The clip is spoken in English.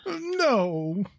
no